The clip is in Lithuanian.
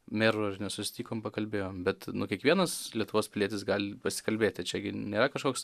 meru susitikom pakalbėjom bet nu kiekvienas lietuvos pilietis gali pasikalbėti čia nėra kažkoks